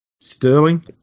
Sterling